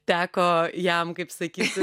teko jam kaip sakysi